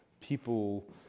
people